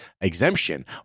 exemption